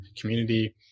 community